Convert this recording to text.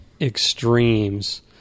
extremes